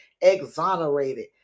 exonerated